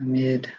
Amid